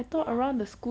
ya